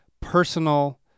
personal